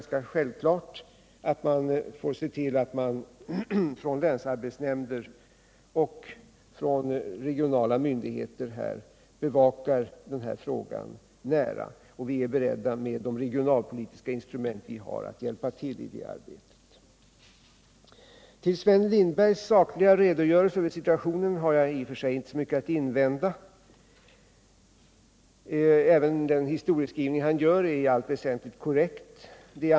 Självfallet får man se till att länsarbetsnämnder och regionala myndigheter noga bevakar frågan. Vi är också beredda att med de regionalpolitiska instrument som vi förfogar över hjälpa till i det arbetet. Mot Sven Lindbergs sakliga redogörelse för situationen har jag i och för sig inte så mycket att invända. Hans historieskrivning är också i allt väsentligt korrekt.